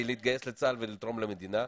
כדי להתגייס לצה"ל ולתרום למדינה,